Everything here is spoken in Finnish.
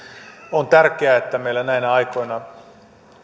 on tärkeää että meillä näinä aikoina